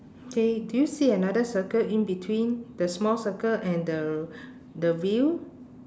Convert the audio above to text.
okay do you see another circle in between the small circle and the the wheel